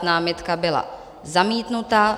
Námitka byla zamítnuta.